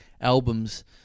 albums